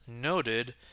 noted